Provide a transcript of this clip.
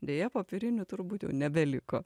deja popierinių turbūt nebeliko